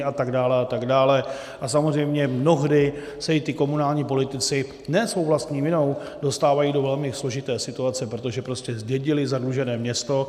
A samozřejmě mnohdy se i ti komunální politici ne svou vlastní vinou dostávají do velmi složité situace, protože prostě zdědili zadlužené město.